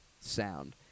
sound